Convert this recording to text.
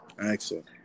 Excellent